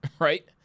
Right